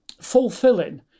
fulfilling